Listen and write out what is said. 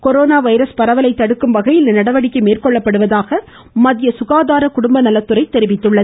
corona virus பரவலை தடுக்கும் வகையில் இந்நடவடிக்கை மேற்கொள்ளப்படுவதாக மத்திய சுகாதார குடும்பநலத்துறை தெரிவித்துள்ளது